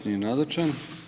Nije nazočan.